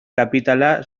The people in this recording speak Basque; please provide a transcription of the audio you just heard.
kapitala